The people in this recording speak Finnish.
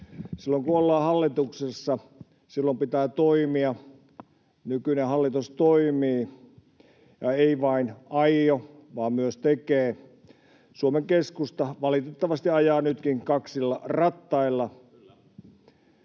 Silloin kun ollaan hallituksessa, silloin pitää toimia. Nykyinen hallitus toimii ja ei vain aio, vaan myös tekee. Suomen Keskusta valitettavasti ajaa nytkin kaksilla rattailla.